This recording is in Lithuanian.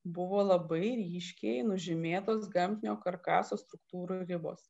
buvo labai ryškiai nužymėtos gamtinio karkaso struktūrų ribos